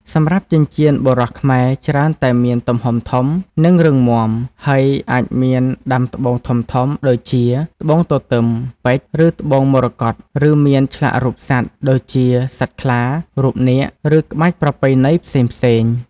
សម្រាប់ចិញ្ចៀនបុរសខ្មែរច្រើនតែមាន ទំហំធំ និងរឹងមាំ ហើយអាចមាន ដាំត្បូងធំៗ ដូចជា ត្បូងទទឹម ពេជ្រ ឬត្បូងមរកត ឬមាន ឆ្លាក់រូបសត្វ ដូចជាសត្វខ្លា រូបនាគ ឬក្បាច់ប្រពៃណីផ្សេងៗ។